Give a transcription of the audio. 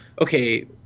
okay